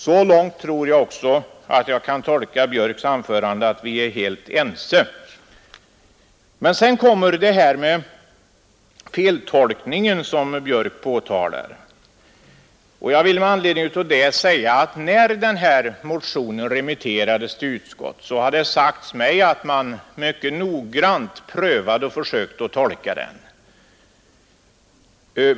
Jag tror också att jag kan tolka herr Björks anförande så att vi är helt ense så långt. Sedan påtalar herr Björk den ifrågasatta feltolkningen av motionen. Med anledning därav vill jag framhålla att det har sagts mig att man mycket noggrant prövade och försökte tolka den här motionen när den remitterades till utskott.